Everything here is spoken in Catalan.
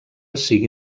sigui